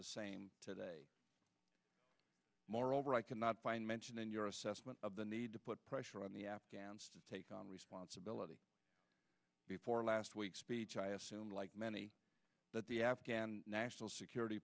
the same today moreover i cannot find mention in your assessment of the need to put pressure on the afghans to take on responsibility before last week's speech i assume like many that the afghan national security